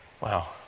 Wow